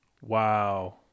wow